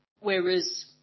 Whereas